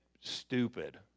stupid